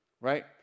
right